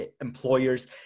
employers